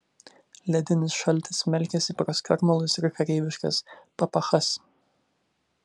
ledinis šaltis smelkėsi pro skarmalus ir kareiviškas papachas